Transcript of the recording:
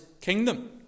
kingdom